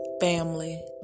family